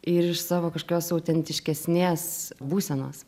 ir iš savo kažkokios autentiškesnės būsenos